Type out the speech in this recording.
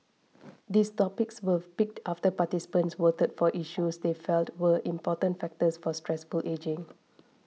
these topics were picked after participants voted for issues they felt were important factors for successful ageing